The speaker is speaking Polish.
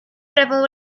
prawą